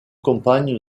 compagne